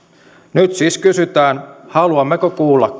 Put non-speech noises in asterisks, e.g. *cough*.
nyt siis kysytään haluammeko kuulla *unintelligible*